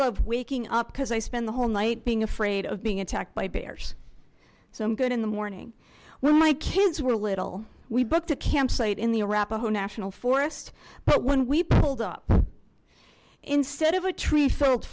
love waking up because i spend the whole night being afraid of being attacked by bears so i'm good in the morning when my kids were little we booked a campsite in the arapaho national forest but when we pulled up instead of a tree